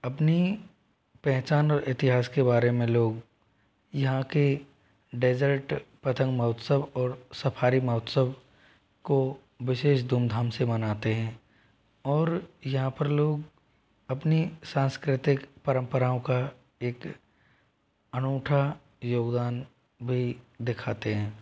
अपनी पहचान और इतिहास के बारे में लोग यहाँ के डेज़र्ट पतंग महोत्सव और सफारी महोत्सव को विशेष धूमधाम से मनाते हैं और यहाँ पर लोग अपनी सांस्कृतिक परम्पराओं का एक अनूठा योगदान भी दिखाते हैं